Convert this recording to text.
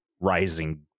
Rising